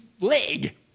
leg